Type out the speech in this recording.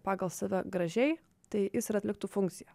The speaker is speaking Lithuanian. pagal save gražiai tai jis ir atliktų funkciją